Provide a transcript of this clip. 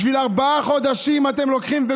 בשביל ארבעה חודשים אתם לוקחים את כספי הציבור?